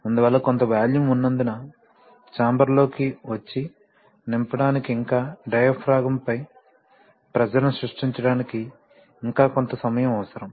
అందువల్ల కొంత వాల్యూమ్ ఉన్నందున ఛాంబర్ లోకి వచ్చి నింపడానికి ఇంకా డయాఫ్రాగమ్ పై ప్రెషర్ ని సృష్టించడానికి ఇంకా కొంత సమయం అవసరం